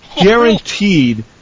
Guaranteed